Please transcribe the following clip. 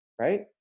right